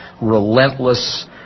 relentless